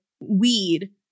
weed